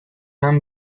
مبر